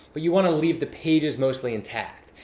but you want to leave the pages mostly intact.